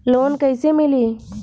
Loan कइसे मिली?